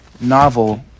novel